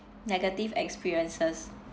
negative experiences